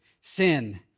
sin